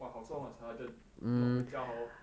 !wah! 好做 mah sergeant 没有回家 hor